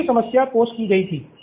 यही समस्या पोस्ट की गई थी